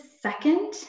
second